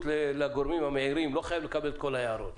לגורמים המעירים לא חייב לקבל את כל ההערות.